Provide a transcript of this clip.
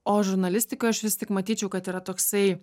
o žurnalistiką aš vis tik matyčiau kad yra toksai